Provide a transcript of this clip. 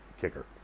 kicker